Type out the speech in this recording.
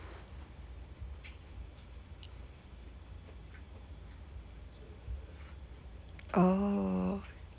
oh